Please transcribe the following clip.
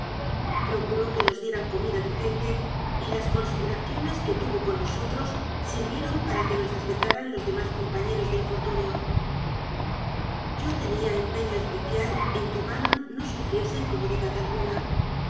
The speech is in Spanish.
procuró que nos dieran comida decen te y las consideraciones que tuvo con nosotros sirvieron para que nos respetaran los demás com pañeros de infortunio yo tenía empeño especial en que manon no sufriese incomodidad alguna